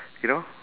you know